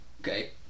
okay